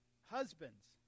husbands